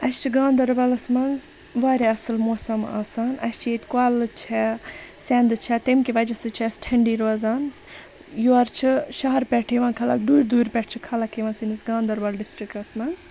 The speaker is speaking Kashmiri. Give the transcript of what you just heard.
اَسہِ چھُ گانٛدَربَلَس مَنٛز واریاہ اَصل موسَم آسان اَسہِ چھِ ییٚتہِ کوٚلہٕ چھَ سیٚنٛدٕ چھَ تمکہِ وَجہ سۭتۍ چھِ اسہِ ٹھنٛڈی روزان یورٕ چھِ شَہرٕ پٮ۪ٹھ یِوان خَلَق دوٗرِ دوٗرِ پٮ۪ٹھِ چھِ خَلَق یِوان سٲنِس گاندَربَل ڈِسٹرکَس مَنٛز